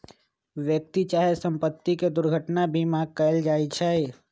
व्यक्ति चाहे संपत्ति के दुर्घटना बीमा कएल जाइ छइ